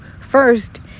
first